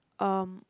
um